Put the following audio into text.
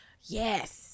Yes